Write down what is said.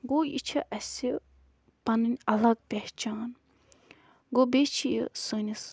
گوٚو یہِ چھِ اَسہِ پَنٕنۍ اَلگ پہچان گوٚو بیٚیہِ چھِ یہِ سٲنِس